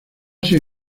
sido